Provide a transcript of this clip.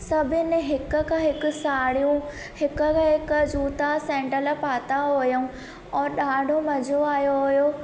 सभिनि हिक खां हिकु साड़ियूं हिक खां हिकु जूता सैंडल पाता हुयूं औरि ॾाढो मज़ो आहियो हुओ